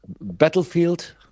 Battlefield